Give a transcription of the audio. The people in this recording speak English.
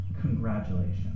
Congratulations